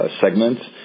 segments